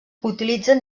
utilitzen